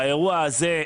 באירוע הזה,